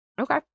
Okay